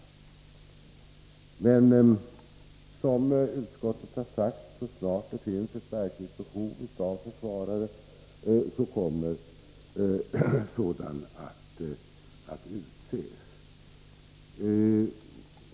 Men så snart det finns ett verkligt behov av försvarare, kommer, som utskottet har sagt, sådan att utses.